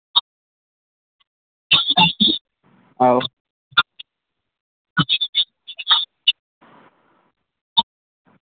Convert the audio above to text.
आहो